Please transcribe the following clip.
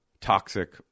toxic